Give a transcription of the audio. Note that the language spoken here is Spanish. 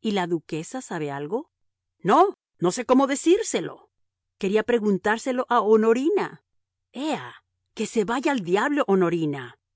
y la duquesa sabe algo no no sé cómo decírselo quería preguntárselo a honorina ea que se vaya al diablo honorina